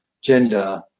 gender